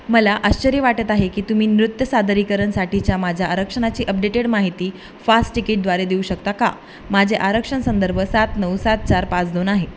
मला आश्चर्य वाटत आहे की तुम्ही नृत्य सादरीकरणसाठीच्या माझ्या आरक्षणाची अपडेटेड माहिती फास्टतिकीट द्वारे देऊ शकता का माझे आरक्षण संदर्भ सात नऊ सात चार पाच दोन आहे